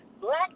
Black